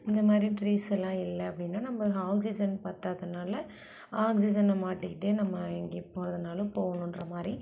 இந்தமாதிரி ட்ரீஸெல்லாம் இல்லை அப்படின்னா நம்ம ஆக்ஸிஜன் பத்தாதனால் ஆக்ஸிஜனை மாட்டிக்கிட்டே நம்ம எங்கே போகிறதுனாலும் போகணுன்ற மாதிரி